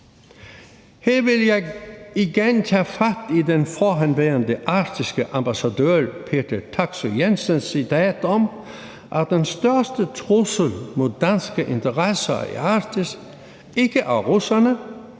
Her vil jeg igen tage fat i den forhenværende arktiske ambassadør Peter Taksøe-Jensens citat om, at den største trussel mod danske interesser i Arktis ikke er russerne,